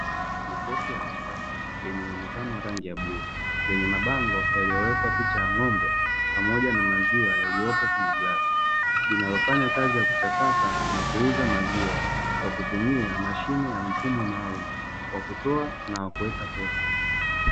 Jokofu la kisasa lenye muonekano wa rangi ya bluu, lenye mabango yaliyowekwa picha ya ng'ombe pamoja na maziwa yaliyopo kwenye glasi. Linalofanya kazi ya kuchakata na kuuza maziwa kwa kutumia mashine ya mfumo maalumu wa kutoa na wa kuweka pesa.